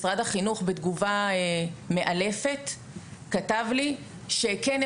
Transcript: משרד החינוך בתגובה מעלפת כתב לי שכן,